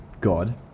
God